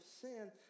sin